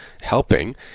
helping